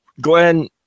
Glenn